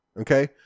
okay